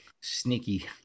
sneaky